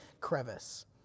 crevice